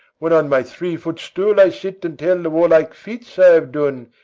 when on my three-foot stool i sit and tell the warlike feats i have done,